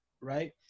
right